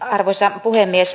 arvoisa puhemies